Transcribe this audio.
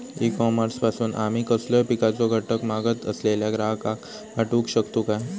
E commerce पासून आमी कसलोय पिकाचो घटक मागत असलेल्या ग्राहकाक पाठउक शकतू काय?